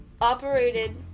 operated-